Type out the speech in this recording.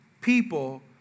people